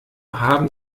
haben